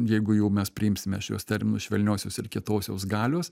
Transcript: jeigu jau mes priimsime šiuos terminus švelniosios ir kietosios galios